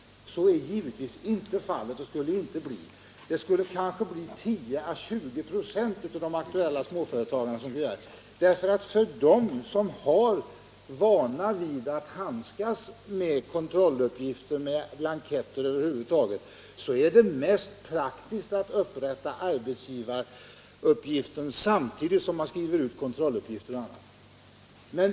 Detta skulle givetvis inte bli fallet, utan 10 ä 20 96 av de Nr 55 aktuella småföretagen skulle kanske göra det. För dem som har vana vid att handskas med kontrolluppgifter och blanketter över huvud taget är det givetvis mest praktiskt att upprätta arbetsgivaruppgiften samtidigt. med kontrolluppgifter och annat.